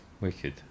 wicked